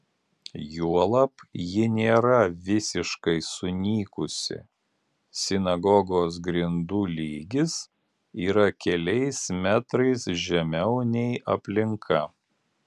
juolab ji nėra visiškai sunykusi sinagogos grindų lygis yra keliais metrais žemiau nei aplinka